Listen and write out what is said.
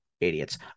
idiots